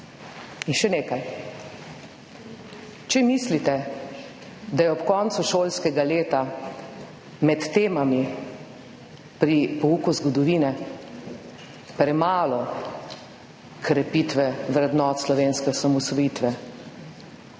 In še nekaj, če mislite, da je ob koncu šolskega leta med temami pri pouku zgodovine premalo krepitve vrednot slovenske osamosvojitve.